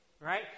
Right